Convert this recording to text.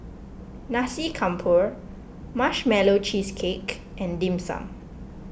Nasi Campur Marshmallow Cheesecake and Dim Sum